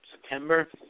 September